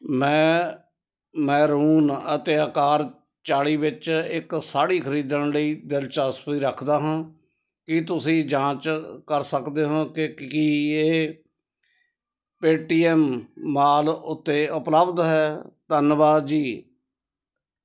ਮੈਂ ਮੈਰੂਨ ਅਤੇ ਅਕਾਰ ਚਾਲੀ ਵਿੱਚ ਇੱਕ ਸਾੜੀ ਖਰੀਦਣ ਵਿੱਚ ਦਿਲਚਸਪੀ ਰੱਖਦਾ ਹਾਂ ਕੀ ਤੁਸੀਂ ਜਾਂਚ ਕਰ ਸਕਦੇ ਹੋ ਕਿ ਕੀ ਇਹ ਪੇਟੀਐਮ ਮਾਲ ਉੱਤੇ ਉਪਲਬਧ ਹੈ ਧੰਨਵੀਦ ਜੀ